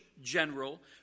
general